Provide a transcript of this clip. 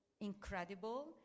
incredible